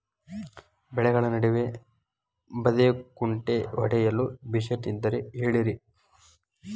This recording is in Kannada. ಬೆಳೆಗಳ ನಡುವೆ ಬದೆಕುಂಟೆ ಹೊಡೆಯಲು ಮಿಷನ್ ಇದ್ದರೆ ಹೇಳಿರಿ